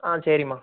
ஆ சரிம்மா